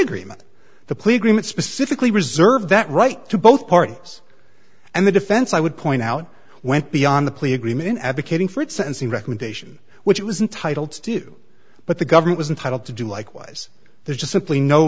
agreement the plea agreement specifically reserved that right to both parties and the defense i would point out went beyond the plea agreement advocating for it sentencing recommendation which it was entitled to do but the government was entitled to do likewise there's just simply no